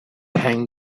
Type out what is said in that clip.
hang